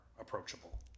approachable